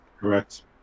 Correct